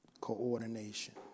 Coordination